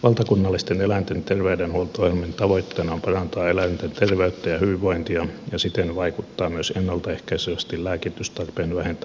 valtakunnallisten eläinten terveydenhuolto ohjelmien tavoitteena on parantaa eläinten ter veyttä ja hyvinvointia ja siten vaikuttaa myös ennalta ehkäisevästi lääkitystarpeen vähentämiseen